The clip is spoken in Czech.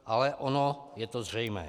Ale ono je to zřejmé.